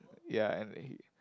ya and he